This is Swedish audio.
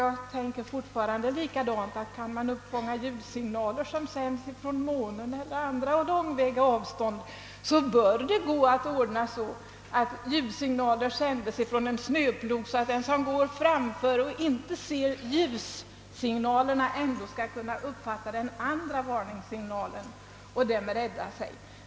Jag gör fortfarande samma reflexion: Kan man uppfatta ljudsignaler från månen eller från andra långt bort belägna platser, bör man kunna sända ljudsignaler från en snöplog så att en person som går framför den och inte kan uppfatta ljussignalerna ändå kan höra den andra varningssignalen och därmed rädda sig.